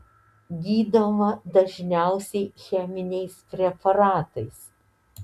gydoma dažniausiai cheminiais preparatais